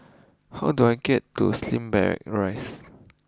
how do I get to Slim Barracks Rise